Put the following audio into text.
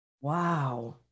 wow